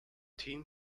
team